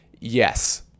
yes